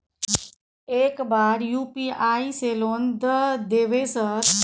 एक बार यु.पी.आई से लोन द देवे सर?